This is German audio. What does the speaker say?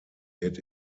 wird